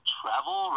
travel